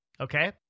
okay